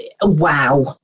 wow